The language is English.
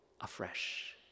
afresh